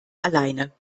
alleine